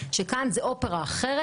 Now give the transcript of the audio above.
שכאן זה אופרה אחרת,